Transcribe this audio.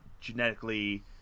genetically